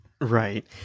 right